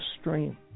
Stream